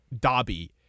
Dobby